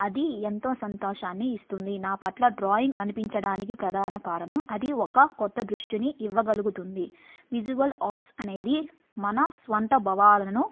అది ఎంతో సంతోషాన్ని ఇస్తుంది నా పట్ల డ్రాయింగ్ అనిపించడానికి ప్రధాన కారణం అది ఒక కొత్త దృష్టిని ఇవ్వగలుగుతుంది విజువల్ ఆర్ట్స్ అనేది మన స్వంత భావాలను